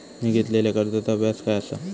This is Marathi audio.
मी घेतलाल्या कर्जाचा व्याज काय आसा?